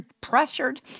pressured